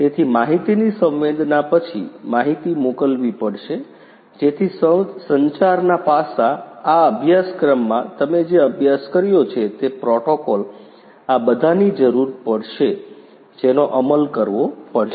તેથી માહિતીની સંવેદના પછી માહિતી મોકલવી પડશે જેથી સંચારના પાસાં આ અભ્યાસક્રમમાં તમે જે અભ્યાસ કર્યો છે તે પ્રોટોકોલ આ બધાની જરૂર પડશે જેનો અમલ કરવો પડશે